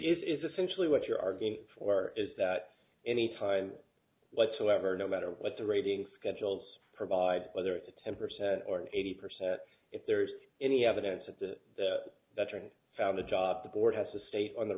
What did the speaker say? essentially what you're arguing for is that any time whatsoever no matter what the rating schedules provide whether it's a ten percent or eighty percent if there is any evidence that the veteran found a job the board has to state on the